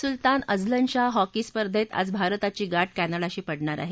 सुलतान Azlan Shah hockey स्पर्धेत आज भारताची गाठ कॅनडाशी पडणार आहे